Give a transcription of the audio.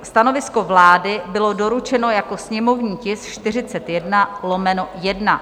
Stanovisko vlády bylo doručeno jako sněmovní tisk 41/1.